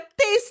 taste